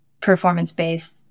performance-based